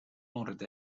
مورد